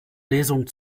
lesung